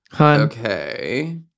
Okay